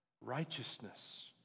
righteousness